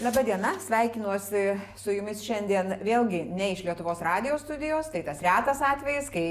laba diena sveikinuosi su jumis šiandien vėlgi ne iš lietuvos radijo studijos tai tas retas atvejis kai